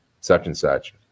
such-and-such